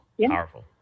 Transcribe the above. Powerful